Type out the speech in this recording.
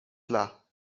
tla